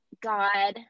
God